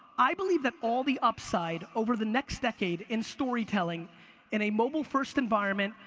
i believe that all the upside over the next decade in storytelling in a mobile first environment,